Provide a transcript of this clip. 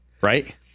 Right